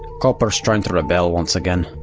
copper's trying to rebel once again,